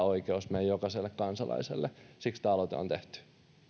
oikeus meidän jokaiselle kansalaiselle siksi tämä aloite on tehty